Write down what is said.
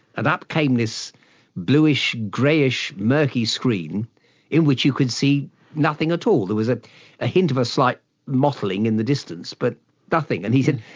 and up came this blueish, greyish, murky screen in which you could see nothing at all. there was a hint of a slight mottling in the distance, but nothing. and he said,